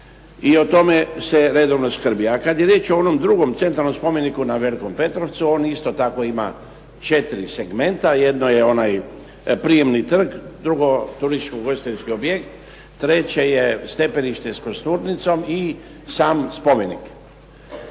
I o tome se redovno skrbi. A kada je riječ o onom drugom centralnom spomeniku na Velikom Petrovcu, on isto tako ima 4 segmenta. Jedno je onaj prijemni trg, drugo turističko-ugostiteljski objekt, treće je stepenište s kosturnicom i sam spomenik.